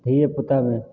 धियेपुतामे